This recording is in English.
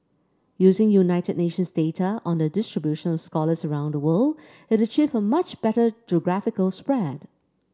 using United Nations data on the distribution of scholars around the world it achieved a much better geographical spread